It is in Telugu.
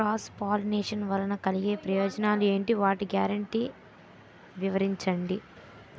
క్రాస్ పోలినేషన్ వలన కలిగే ప్రయోజనాలు ఎంటి? వాటి గ్యారంటీ వివరించండి?